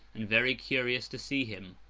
and very curious to see him.